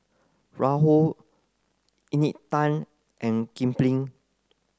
Raoul Encik Tan and Kipling